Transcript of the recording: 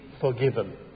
forgiven